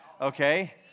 Okay